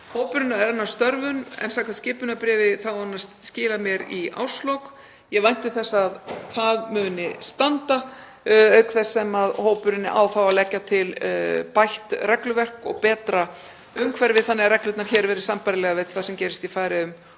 Hópurinn er enn að störfum en samkvæmt skipunarbréfi þá á hann að skila af sér í árslok. Ég vænti þess að það muni standa auk þess sem hópurinn á þá að leggja til bætt regluverk og betra umhverfi þannig að reglurnar hér verði sambærilegar við það sem gerist í Færeyjum